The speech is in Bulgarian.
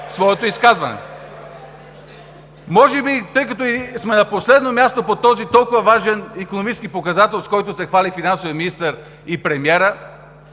своето изказване. (Шум и реплики.) Тъй като сме на последно място по този толкова важен икономически показател, с който се хвалят финансовият министър и премиерът,